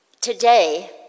Today